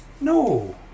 No